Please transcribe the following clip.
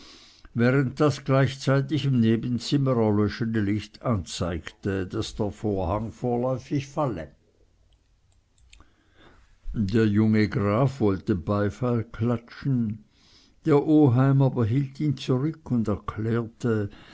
während das gleichzeitig im nebenzimmer erlöschende licht anzeigte daß der vorhang vorläufig falle der junge graf wollte beifall klatschen der oheim aber hielt ihn zurück und erklärte